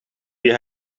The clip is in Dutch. die